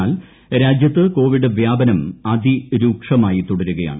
എന്നാൽ രാജ്യത്ത് ് കോപിഡ് വ്യാപനം അതിരൂക്ഷമായി തുടരുകയാണ്